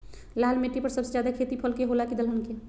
लाल मिट्टी पर सबसे ज्यादा खेती फल के होला की दलहन के?